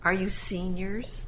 are you seniors